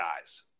guys